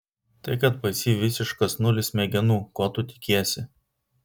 tai kad pas jį visiškas nulis smegenų ko tu tikiesi